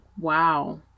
wow